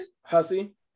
hussy